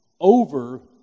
over